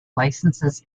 licenses